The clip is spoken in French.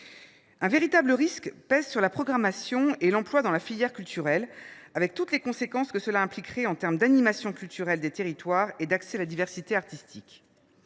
Un véritable risque pèse sur la programmation et l’emploi dans la filière culturelle, avec toutes les conséquences que cela impliquerait du point de vue de l’animation culturelle des territoires et de l’accès à la diversité artistique.